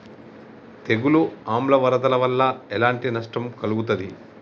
తెగులు ఆమ్ల వరదల వల్ల ఎలాంటి నష్టం కలుగుతది?